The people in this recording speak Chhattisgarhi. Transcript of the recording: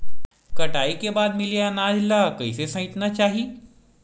कटाई के बाद मिले अनाज ला कइसे संइतना चाही?